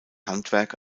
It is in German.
handwerk